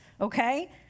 Okay